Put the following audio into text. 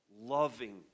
Loving